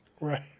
Right